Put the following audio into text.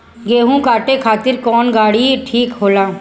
गेहूं काटे खातिर कौन गाड़ी ठीक होला?